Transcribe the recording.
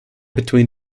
between